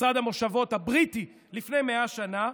משרד המושבות הבריטי לפני 100 שנה,